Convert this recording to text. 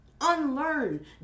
unlearn